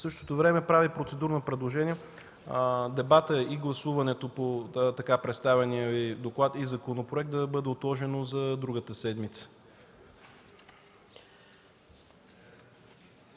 В същото време правя процедурно предложение – дебатът и гласуването по така представения Ви доклад и законопроект да бъдат отложени за другата седмица.